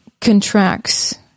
contracts